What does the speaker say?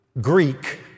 Greek